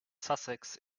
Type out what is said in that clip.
sussex